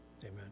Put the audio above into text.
amen